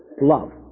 love